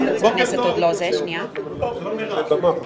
סדר-היום.